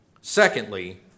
Secondly